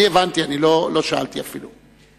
אני הבנתי, אני לא שאלתי אפילו.